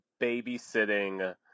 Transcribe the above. babysitting